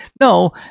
No